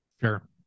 Sure